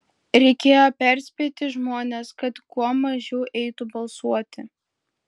reikėjo perspėti žmones kad kuo mažiau eitų balsuoti